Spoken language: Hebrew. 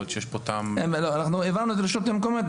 יכול להיות שיש פה טעם --- העברנו את זה לסעיף 4,